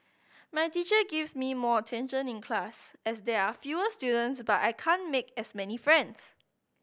my teacher gives me more attention in class as there are fewer students but I can't make as many friends